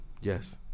Yes